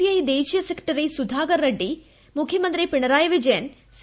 I ദേശീയ secretary Sudhakar Reddy മൂഖ്യമന്ത്രി Pinarayi Vijayan C